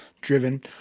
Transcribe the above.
driven